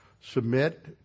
submit